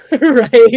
Right